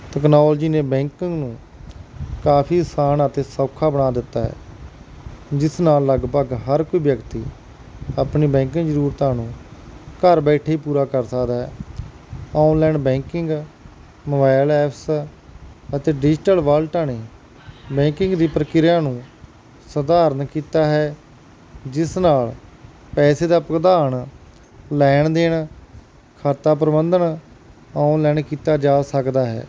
technology ਨੇ banking ਨੂੰ ਕਾਫੀ ਆਸਾਨ ਅਤੇ ਸੌਖਾ ਬਣਾ ਦਿੱਤਾ ਹੈ ਜਿਸ ਨਾਲ ਲਗਭਗ ਹਰ ਕੋਈ ਵਿਅਕਤੀ ਆਪਣੀ ਬੈਂਕਿੰਗ ਜ਼ਰੂਰਤਾਂ ਨੂੰ ਘਰ ਬੈਠੇ ਹੀ ਪੂਰਾ ਕਰ ਸਕਦਾ ਹੈ ਆਨਲਾਈਨ ਬੈਂਕਿੰਗ ਮੋਬਾਈਲ ਐਪਸ ਅਤੇ ਡਿਜੀਟਲ ਵਾਲਟਾਂ ਨੇ ਬੈਕਿੰਗ ਦੀ ਪ੍ਰਕਿਰਿਆ ਨੂੰ ਸਧਾਰਨ ਕੀਤਾ ਹੈ ਜਿਸ ਨਾਲ ਪੈਸੇ ਦਾ ਭੁਗਤਾਨ ਲੈਣ ਦੇਣ ਖਾਤਾ ਪ੍ਰਬੰਧਨ ਆਨਲਾਈਨ ਕੀਤਾ ਜਾ ਸਕਦਾ ਹੈ